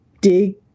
dig